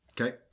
Okay